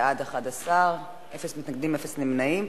בעד, 11, אפס מתנגדים, אפס נמנעים.